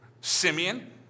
Simeon